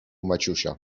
maciusia